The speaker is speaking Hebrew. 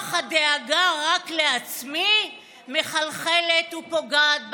רוח הדאגה רק לעצמי מחלחלת ופוגעת בכלכלה,